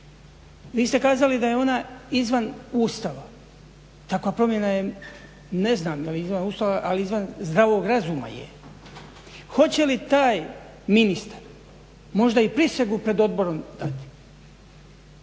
Vi ste kazali da je ona izvan Ustava. Takva promjena je ne znam evo izvan Ustava ali i izvan zdravog razuma je. Hoće li taj ministar možda i prisegu pred odborom dati?